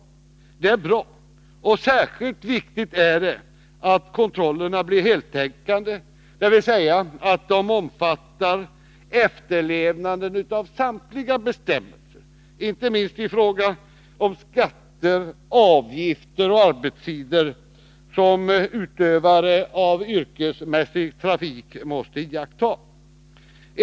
Detta är bra, och särskilt viktigt är att kontrollerna blir heltäckande, dvs. att de omfattar efterlevnaden av samtliga bestämmelser — inte minst i fråga om skatter, avgifter och arbetstider — som utövare av yrkesmässig trafik måste iaktta.